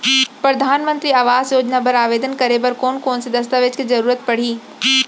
परधानमंतरी आवास योजना बर आवेदन करे बर कोन कोन से दस्तावेज के जरूरत परही?